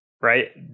Right